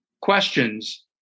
questions